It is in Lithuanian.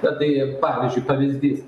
na tai pavyzdžiui pavyzdys